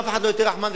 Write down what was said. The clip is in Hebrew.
אף אחד לא יותר רחמן,